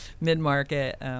mid-market